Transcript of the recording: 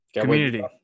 Community